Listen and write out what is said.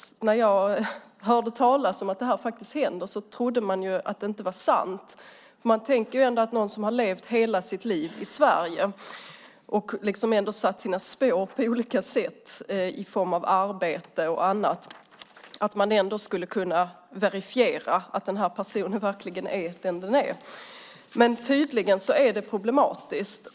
När jag hörde talas om detta trodde jag först att det inte var sant. När man levt hela sitt liv i Sverige och satt spår på olika sätt, i form av arbete och annat, borde det kunna verifieras vem man är. Men tydligen är det problematiskt.